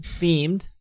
themed